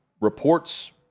reports